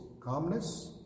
calmness